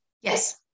Yes